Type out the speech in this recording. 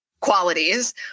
qualities